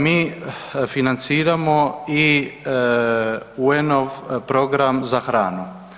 Mi financiramo i UN-ov program za hranu.